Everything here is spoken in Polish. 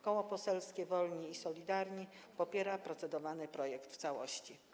Koło Poselskie Wolni i Solidarni popiera procedowany projekt w całości.